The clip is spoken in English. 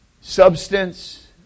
substance